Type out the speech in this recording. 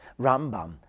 Rambam